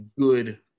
good